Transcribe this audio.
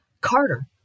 Carter